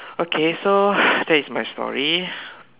okay so that is my story